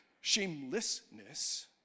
Shamelessness